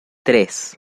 tres